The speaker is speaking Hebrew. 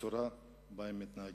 בצורה שבה הם מתנהגים.